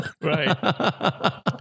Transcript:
right